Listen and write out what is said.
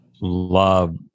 love